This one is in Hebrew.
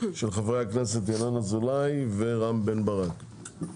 של חברי הכנסת ינון אזולאי ורם בן ברק.